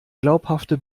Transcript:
glaubhafte